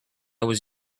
was